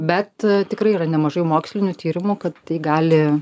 bet tikrai yra nemažai mokslinių tyrimų kad tai gali